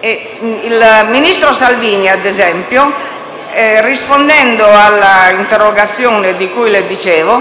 Il ministro Salvini, rispondendo all'interrogazione di cui le dicevo,